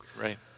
Right